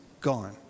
gone